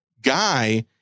guy